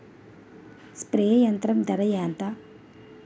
Spray యంత్రం ధర ఏంతా?